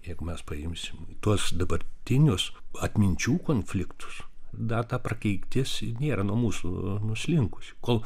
jeigu mes paimsim tuos dabartinius atminčių konfliktus dar ta prakeiktis nėra nuo mūsų nuslinkusi kol